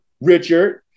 Richard